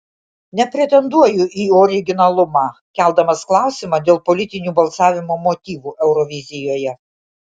nepretenduoju į originalumą keldamas klausimą dėl politinių balsavimo motyvų eurovizijoje